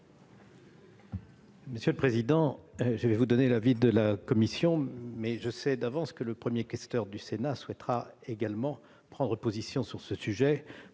Monsieur le président, je vais vous donner l'avis de la commission, mais je sais déjà que le Premier questeur du Sénat souhaitera également prendre position sur ce sujet.